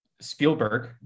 Spielberg